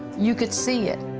you could see it.